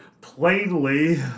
plainly